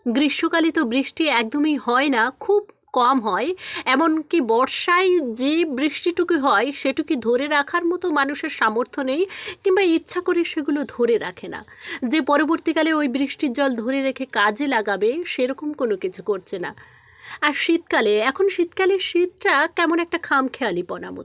গ্রীষ্মকালে তো বৃষ্টি একদমই হয় না খুব কম হয় এমন কি বর্ষায় যে বৃষ্টিটুকু হয় সেটুকু ধরে রাখার মতো মানুষের সামর্থ্য নেই কিংবা ইচ্ছা করে সেগুলো ধরে রাখে না যে পরবর্তীকালে ওই বৃষ্টির জল ধরে রেখে কাজে লাগাবে সেরকম কোনো কিছু করছে না আর শীতকালে এখন শীতকালে শীতটা কেমন একটা খামখেয়ালিপনা মতো